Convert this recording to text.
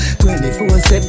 24-7